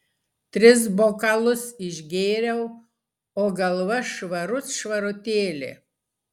tris bokalus išgėriau o galva švarut švarutėlė